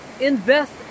invest